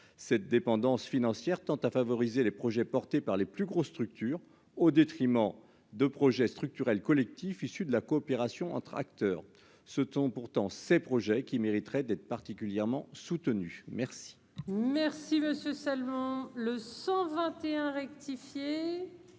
cette dépendance financière tend à favoriser les projets portés par les plus grosses structures au détriment de projets structurels collectif issu de la coopération entre acteurs ce temps pourtant, ces projets qui mériteraient d'être particulièrement soutenus merci. Merci monsieur seulement le 121 rectifier